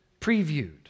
previewed